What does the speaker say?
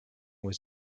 was